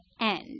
end